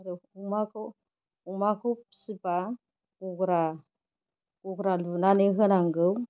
आरो अमाखौ फिसिबा गग्रा लुनानै होनांगौ